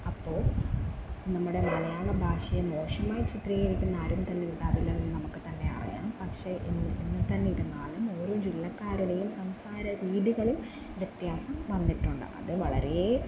അപ്പോൾ നമ്മുടെ മലയാള ഭാഷയേ മോശമായി ചിത്രീകരിക്കുന്ന ആരും തന്നെ ഉണ്ടാവില്ല എന്ന് നമുക്ക് തന്നെ അറിയാം പക്ഷേ ഇന്ന് എന്ന്തന്നെ ഇരുന്നാലും ഓരോ ജില്ലക്കാരുടേയും സംസാര രീതികളും വ്യത്യാസം വന്നിട്ടുണ്ട് അത് വളരേ